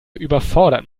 überfordert